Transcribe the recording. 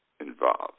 involved